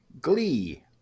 Glee